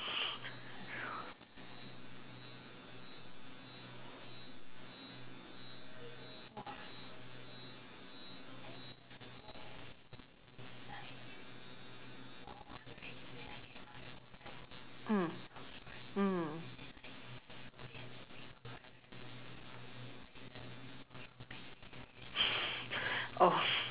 mm mm